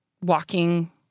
walking